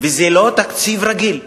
וזה לא תקציב רגיל,